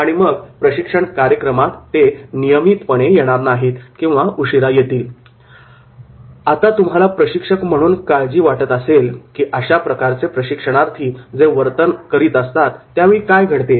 आणि मग प्रशिक्षण कार्यक्रमात ते नियमितपणे येणार नाहीत किंवा उशिरा येतील आता तुम्हाला प्रशिक्षक म्हणून काळजी वाटत असेल की अशा प्रकारचे प्रशिक्षणार्थी जे वर्तन करीत असतात त्यावेळी काय घडते